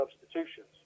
substitutions